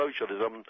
socialism